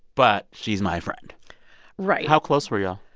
but she's my friend right how close were y'all?